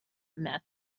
myth